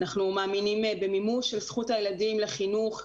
אנחנו מאמינים במימוש של זכות הילדים לחינוך,